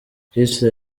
hitler